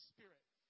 Spirit